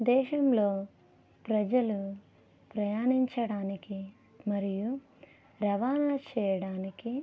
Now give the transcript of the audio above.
దేశంలో ప్రజలు ప్రయాణించడానికి మరియు రవాణా చేయడానికి